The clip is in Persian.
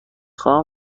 خواهم